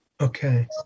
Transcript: Okay